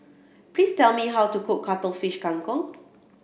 please tell me how to cook Cuttlefish Kang Kong